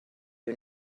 you